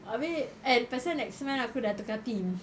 abeh and pasal next month aku dah tukar team